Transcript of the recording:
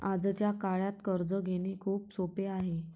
आजच्या काळात कर्ज घेणे खूप सोपे आहे